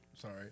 Sorry